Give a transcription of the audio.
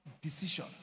Decision